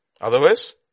Otherwise